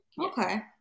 Okay